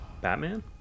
Batman